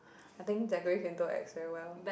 I think acts very well